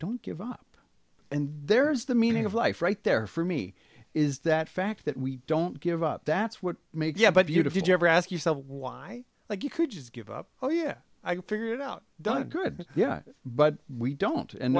don't give up and there's the meaning of life right there for me is that fact that we don't give up that's what makes yeah but beautiful you ever ask yourself why like you could just give up oh yeah i could figure it out done good yeah but we don't and